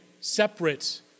separate